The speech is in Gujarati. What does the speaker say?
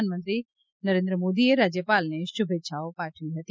પ્રધાનમંત્રી મોદીએ રાજ્યપાલને શુભેચ્છાઓ પાઠવી હતી